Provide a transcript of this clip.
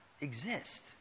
exist